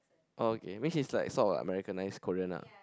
oh okay mean its like sort of like Americanize Korean lah